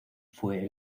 fue